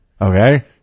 Okay